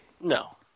no